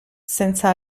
senza